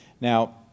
Now